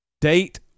Date